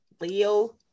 Leo